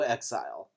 Exile